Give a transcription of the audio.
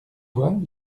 vois